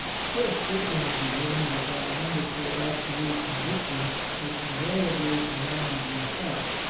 still speaking to him with that wonderful absolute conviction which invariably commanded respect,